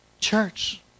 Church